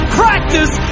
practice